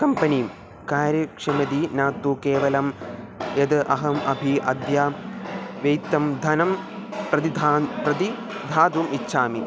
कम्पनीं कार्यक्षमता न तु केवलं यत् अहम् अपि अद्य वेतनं धनं प्रतिधानं प्रति दातुम् इच्छामि